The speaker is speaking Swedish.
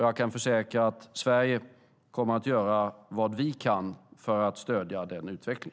Jag kan försäkra att Sverige kommer att göra vad vi kan för att stödja denna utveckling.